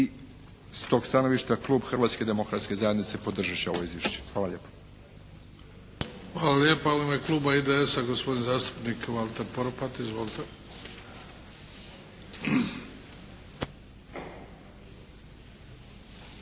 s tog stanovišta Klub Hrvatske demokratske zajednice podržat će ovo izvješće. Hvala lijepa. **Bebić, Luka (HDZ)** Hvala lijepa. U ime Kluba IDS-a gospodin zastupnik Valter Poropat. Izvolite.